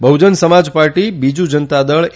Bahujan Samaj Party Biju Janata Dal A